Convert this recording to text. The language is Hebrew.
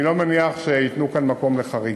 אני מניח שלא ייתנו כאן מקום לחריגה.